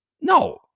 No